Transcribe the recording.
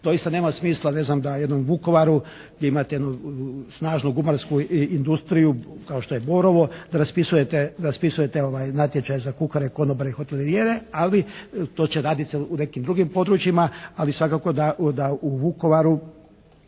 Doista nema smisla da jednom Vukovaru gdje imate snažnu gumarsku industriju kao što je Borovo da raspisujete natječaj za kuhare, konobare i hotelijere. Ali, to će radit se u nekim drugim područjima, ali svakako da u Vukovaru